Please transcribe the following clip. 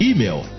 Email